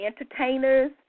entertainers